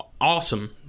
awesome